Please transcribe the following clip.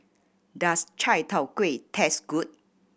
does chai tow kway taste good